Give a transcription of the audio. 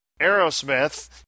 Aerosmith